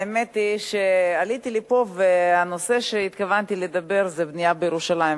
האמת היא שעליתי לפה והנושא שהתכוונתי לדבר עליו הוא הבנייה בירושלים,